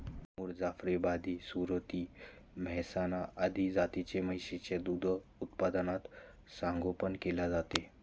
मुर, जाफराबादी, सुरती, मेहसाणा आदी जातींच्या म्हशींचे दूध उत्पादनात संगोपन केले जाते